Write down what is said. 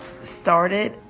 started